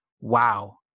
wow